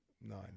Nine